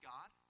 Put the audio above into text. God